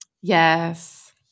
Yes